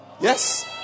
Yes